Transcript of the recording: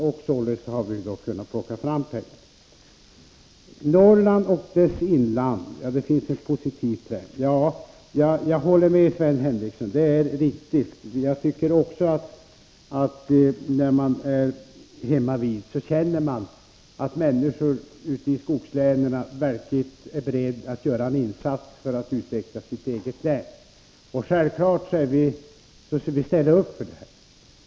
Jag håller med om det som Sven Henricsson sade om Norrland och dess inland och att det finns en positiv trend där. Också jag känner när jag är hemmavid att människorna ute i skogslänen är beredda att göra insatser för att utveckla sitt eget län. Självfallet skall vi ställa upp bakom det.